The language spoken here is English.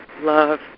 love